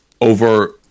over